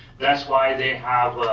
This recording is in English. that's why they have